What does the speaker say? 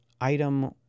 item